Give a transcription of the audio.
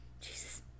Jesus